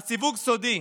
אז סיווג סודי,